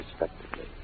respectively